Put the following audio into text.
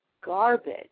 garbage